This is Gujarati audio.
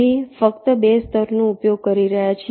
અમે ફક્ત 2 સ્તરોનો ઉપયોગ કરી રહ્યા છીએ